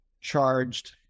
charged